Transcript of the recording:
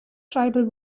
tribal